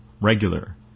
regular